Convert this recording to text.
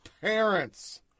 parents